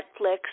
Netflix